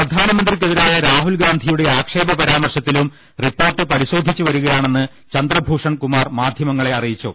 പ്രധാനമന്ത്രിക്കെതിരായ രാഹുൽഗാന്ധിയുടെ ആക്ഷേപ പരാമർശത്തിലും റിപ്പോർട്ട് പരിശോധിച്ചു വരികയാ ണെന്ന് ചന്ദ്രഭൂഷൺ കുമാർ മാധ്യമങ്ങളെ അറിയിച്ചു